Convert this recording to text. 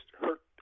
hurt